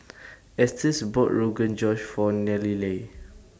Estes bought Rogan Josh For Nallely